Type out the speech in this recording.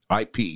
IP